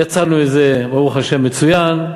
יצאנו ברוך השם מצוין.